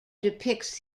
depicts